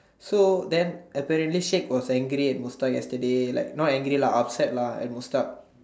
so then apparently shake was angry at Mustak yesterday like not angry lah upset lah at Mustak